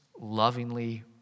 lovingly